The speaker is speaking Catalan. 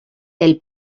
del